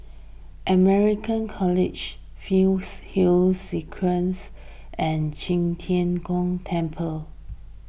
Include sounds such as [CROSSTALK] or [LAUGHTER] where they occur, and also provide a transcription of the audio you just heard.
American College Fernhill [UNINTELLIGIBLE] and Qi Tian Gong Temple